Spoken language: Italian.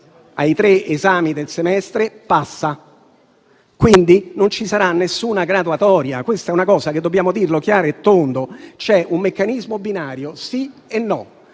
ai tre esami del semestre passa: quindi, non ci sarà alcuna graduatoria. Questo dobbiamo dirlo chiaro e tondo. C'è un meccanismo binario: sì o no.